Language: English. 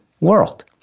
world